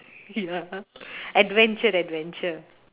ya adventure adventure